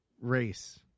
race